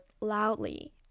loudly